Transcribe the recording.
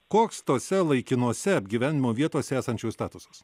koks tose laikinose apgyvendinimo vietose esančiųjų statusas